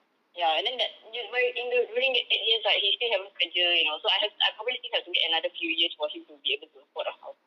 ya and then that when during within that eight years right he still haven't kerja you know so I have I probably still have to wait another few years for him to be able to afford a house